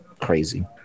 crazy